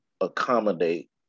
accommodate